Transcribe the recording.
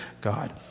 God